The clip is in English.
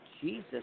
Jesus